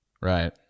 Right